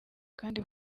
kandi